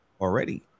already